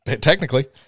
technically